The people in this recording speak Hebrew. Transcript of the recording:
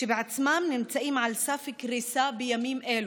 שבעצמם נמצאים על סף קריסה בימים אלה.